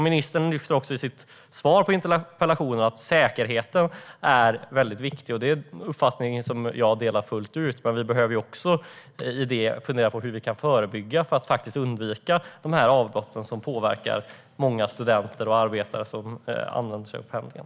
Ministern säger i sitt interpellationssvar att säkerheten är viktig. Den uppfattningen delar jag, men vi måste också fundera på hur vi kan förebygga och därmed undvika dessa avbrott som påverkar många studenter och arbetare som använder sig av pendlingen.